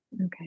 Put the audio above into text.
Okay